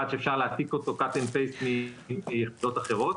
שאפשר להעתיק העתק-הדבק מיחידות אחרות.